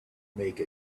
make